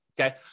okay